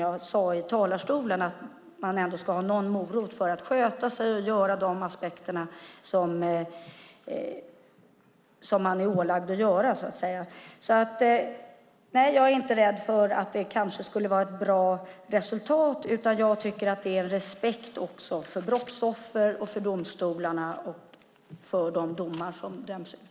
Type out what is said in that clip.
Man ska trots allt ha en morot för att sköta sig och uppfylla det som man är ålagd att göra. Nej, jag är inte rädd för ett alltför bra resultat, utan jag tycker att det handlar om respekt för brottsoffer, domstolar och de domar som döms ut.